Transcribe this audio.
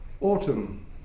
Autumn